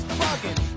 bugging